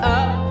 up